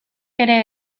ere